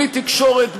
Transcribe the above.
בלי תקשורת,